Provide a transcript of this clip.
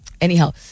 Anyhow